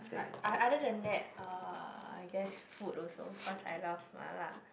but a~ other than that uh I guess food also cause I love mala